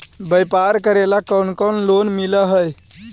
व्यापार करेला कौन कौन लोन मिल हइ?